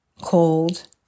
cold